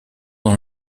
dans